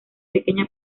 pequeña